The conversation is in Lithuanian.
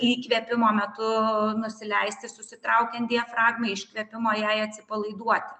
įkvėpimo metu nusileisti susitraukiant diafragmai iškvėpimo jai atsipalaiduoti